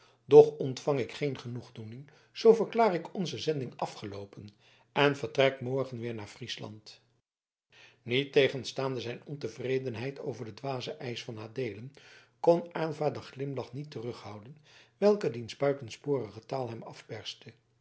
doch ontvang ik geen genoegdoening zoo verklaar ik onze zending afgeloopen en vertrek morgen weer naar friesland niettegenstaande zijn ontevredenheid over den dwazen eisch van adeelen kon aylva den glimlach niet terughouden welken diens buitensporige taal hem